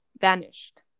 Vanished